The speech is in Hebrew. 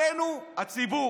עלינו, הציבור,